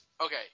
okay